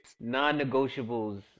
Non-negotiables